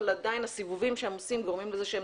אבל עדיין הסיבובים שהם עושים גורמים לזה שהם